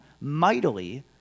mightily